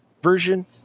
version